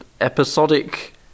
episodic